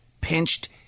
pinched